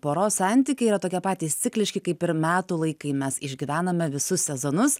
poros santykiai yra tokie patys cikliški kaip ir metų laikai mes išgyvename visus sezonus